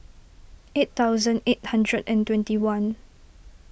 eight thousand eight hundred and twenty one